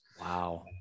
Wow